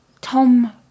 Tom